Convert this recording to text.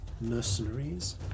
mercenaries